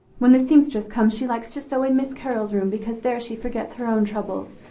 when the seamstress comes, she likes to sew in miss carol's room, because there she forgets her own troubles,